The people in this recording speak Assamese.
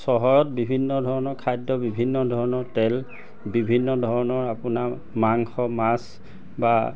চহৰত বিভিন্ন ধৰণৰ খাদ্য বিভিন্ন ধৰণৰ তেল বিভিন্ন ধৰণৰ আপোনাৰ মাংস মাছ বা